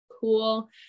cool